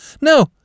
no